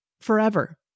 forever